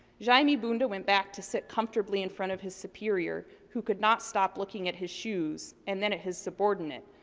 jaime bunda went back to sit comfortable in front of his superior, who could not stop looking at his shoes, and then at his subordinate,